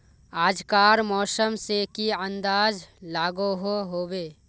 आज कार मौसम से की अंदाज लागोहो होबे?